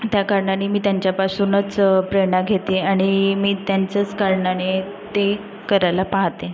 त्या कारणाने मी त्यांच्यापासूनच प्रेरणा घेते आहे आणि मी त्यांच्याच कारणाने ते करायला पाहते